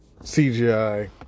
CGI